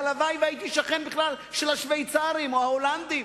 והלוואי שהייתי שכן של השוויצרים או של ההולנדים,